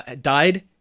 died